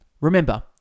remember